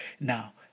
Now